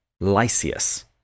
Lysias